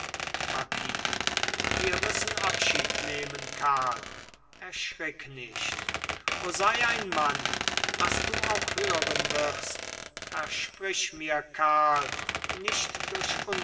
marquis wir müssen abschied nehmen karl erschrick nicht o sei ein mann was du auch hören wirst versprich mir karl nicht durch